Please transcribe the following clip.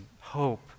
hope